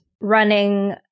running